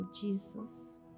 jesus